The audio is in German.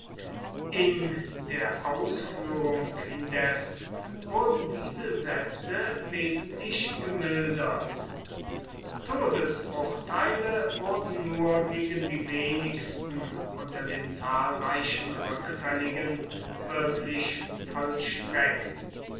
in der ausführung indes wurden diese sätze wesentlich gemildert todesurteile wurden nur gegen die wenigsten unter den zahlreichen rückfälligen wirklich vollstreckt